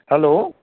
hello